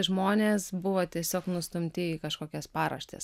žmonės buvo tiesiog nustumti į kažkokias paraštes